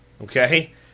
Okay